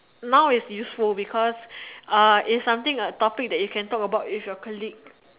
now is useful because uh is something a topic that you can talk about with your colleague